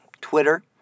Twitter